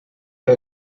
que